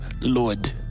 Lord